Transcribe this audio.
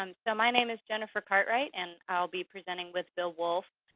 um so my name is jennifer cartwright, and i'll be presenting with bill wolfe.